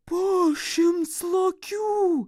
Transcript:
po šimts lokių